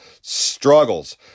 Struggles